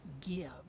give